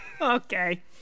okay